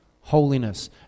holiness